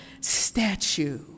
statue